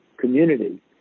community